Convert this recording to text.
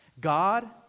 God